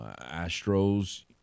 Astros